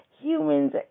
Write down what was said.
humans